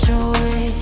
away